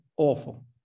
awful